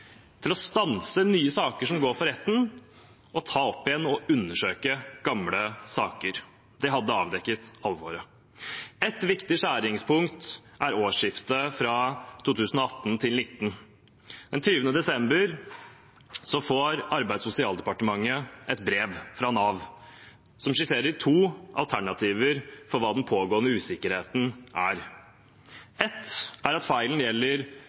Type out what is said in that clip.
å stanse nye saker som går for retten, og å ta opp igjen og undersøke gamle saker. Det hadde avdekket alvoret. Et viktig skjæringspunkt er årsskiftet 2018–2019. Den 20. desember får Arbeids- og sosialdepartementet et brev fra Nav som skisserer to alternativer for hva den pågående usikkerheten er. Det ene er at feilen gjelder